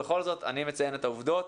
בכל זאת אני מציין את העובדות.